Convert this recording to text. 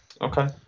Okay